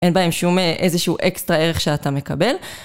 אין בהם שום איזשהו אקסטרה ערך שאתה מקבל.